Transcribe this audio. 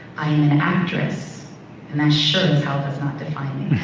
i'm an actress and that sure as hell, does not define me.